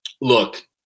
Look